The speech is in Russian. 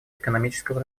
экономического